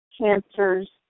cancers